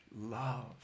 love